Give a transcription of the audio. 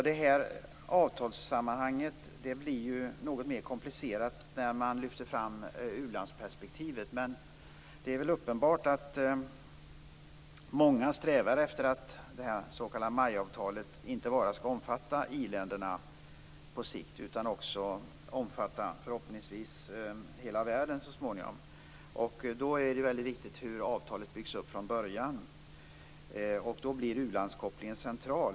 Fru talman! Avtalet blir något mer komplicerat när man lyfter fram u-landsperspektivet. Det är uppenbart att många strävar efter att det s.k. MAI-avtalet inte bara skall omfatta i-länderna utan förhoppningsvis hela världen så småningom. Därför är det väldigt viktigt hur avtalet byggs upp från början, och då blir u-landskopplingen central.